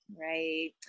Right